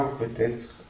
peut-être